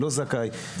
לא זכאי.